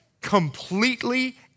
completely